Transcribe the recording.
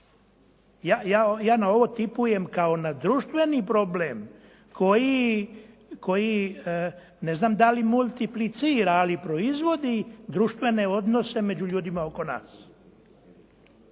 Ja na ovo tipujem kao na društveni problem koji ne znam da li multiplicira, ali proizvodi društvene odnose među ljudima oko nas.